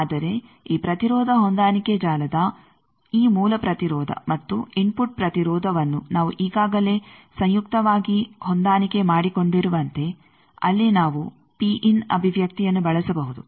ಆದರೆ ಈ ಪ್ರತಿರೋಧ ಹೊಂದಾಣಿಕೆ ಜಾಲದ ಈ ಮೂಲ ಪ್ರತಿರೋಧ ಮತ್ತು ಇನ್ಫುಟ್ ಪ್ರತಿರೋಧವನ್ನು ನಾವು ಈಗಾಗಲೇ ಸಂಯುಕ್ತವಾಗಿ ಹೊಂದಾಣಿಕೆ ಮಾಡಿಕೊಂಡಿರುವಂತೆ ಅಲ್ಲಿ ನಾವು ಅಭಿವ್ಯಕ್ತಿಯನ್ನು ಬಳಸಬಹುದು